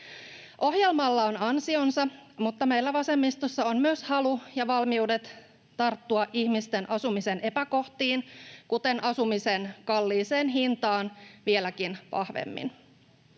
Ohjelmalla on ansionsa, mutta meillä vasemmistossa on myös halu ja valmiudet tarttua ihmisten asumisen epäkohtiin, kuten asumisen kalliiseen hintaan, vieläkin vahvemmin.